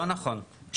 לא נכון.